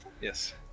Yes